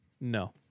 No